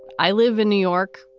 i live in new york.